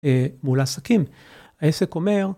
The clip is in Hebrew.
מול עסקים, העסק אומר.